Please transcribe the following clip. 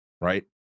Right